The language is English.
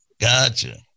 Gotcha